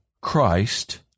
Christ